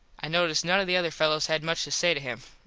i noticed none of the other fellos had much to say to him.